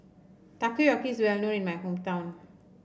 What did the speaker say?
takoyaki is well known in my hometown